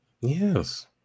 Yes